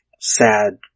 sad